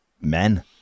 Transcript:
men